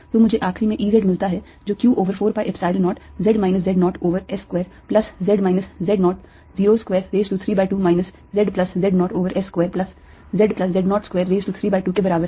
तो मुझे आखरी में E z मिलता है जो q over 4 pi Epsilon 0 z minus z 0 over S square plus z minus z 0's square raise to 3 by 2 minus z plus z 0 over s square plus z plus z 0 square raise to 3 by 2 के बराबर है